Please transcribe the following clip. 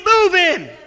moving